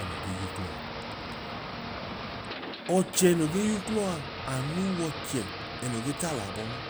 Ẹnoo ge y'uklọ a. Ọchẹ ẹno ge y'uklọ a anu w'ọchẹ ẹnoo ge taalọ abọ ma,